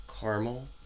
Caramel